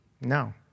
No